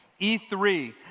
E3